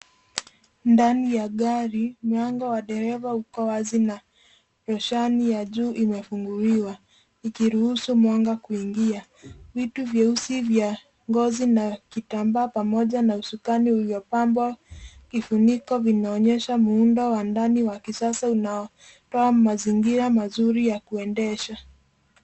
Ndani ya gari, mlango wa dereva uko wazi na roshani imefunguliwa ikiruhusu mwanga kuingia. Vitu vyeusi vya ngozi na vitamba pamoja na usukani uliopambwa kifuniko vinaonyesha muundo wa ndani wa kisasa unaotoa mazingira mazuri ya kuendesha.